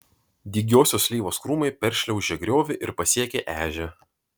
dygiosios slyvos krūmai peršliaužė griovį ir pasiekė ežią